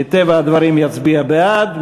מטבע הדברים יצביע בעד,